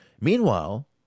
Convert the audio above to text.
Meanwhile